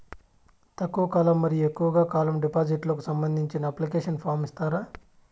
తక్కువ కాలం మరియు ఎక్కువగా కాలం డిపాజిట్లు కు సంబంధించిన అప్లికేషన్ ఫార్మ్ ఇస్తారా?